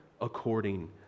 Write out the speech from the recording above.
according